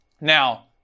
Now